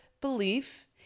belief